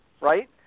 right